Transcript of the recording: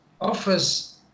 offers